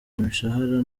imishahara